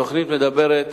התוכנית מדברת